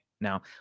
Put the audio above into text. now